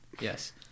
Yes